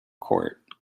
court